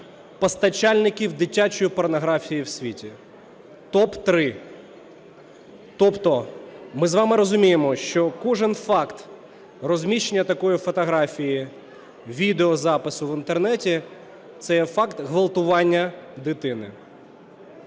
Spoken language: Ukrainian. постачальників дитячої порнографії в світі. Топ-3! Тобто ми з вами розуміємо, що кожен факт розміщення такої фотографії, відеозапису в Інтернеті – це є факт ґвалтування дитини.